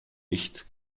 nicht